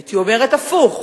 הייתי אומרת הפוך: